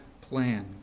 plan